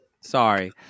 Sorry